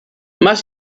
más